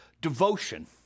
devotion